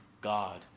God